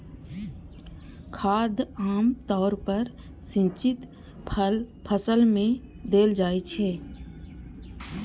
खाद आम तौर पर सिंचित फसल मे देल जाइत छै